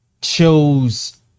chose